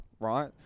Right